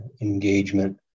engagement